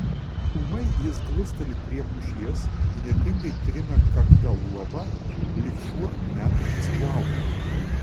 ūmai jis glusteli prie pušies įnirtingai trina kakta luobą lyg šuo metantis plauką